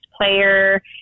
player